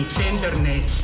tenderness